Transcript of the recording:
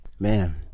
Man